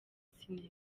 cinema